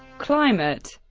climate